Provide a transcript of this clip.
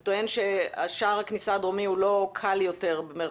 אתה טוען ששער הכניסה הדרומי הוא לא "קל יותר".